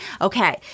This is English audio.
Okay